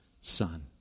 Son